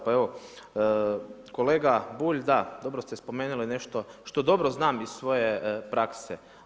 Pa evo kolega Bulj, da dobro ste spomenuli nešto što dobro znam iz svoje prakse.